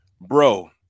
Bro